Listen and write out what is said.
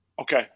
Okay